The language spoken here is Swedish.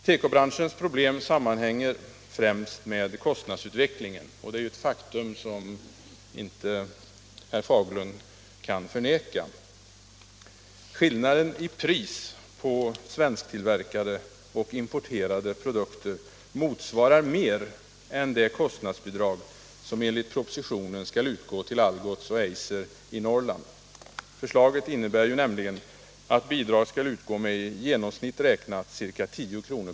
Tekobranschens problem sammanhänger främst med kostnadsutvecklingen, ett faktum som herr Fagerlund inte kan förneka. Skillnader i pris mellan svensktillverkade och importerade produkter motsvarar mer än det kostnadsbidrag som enligt propositionen skall utgå till Algots och Eiser i Norrland. Förslaget innebär nämligen att bidrag skall utgå med i genomsnitt ca 10 kr.